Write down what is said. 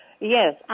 Yes